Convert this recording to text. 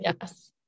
Yes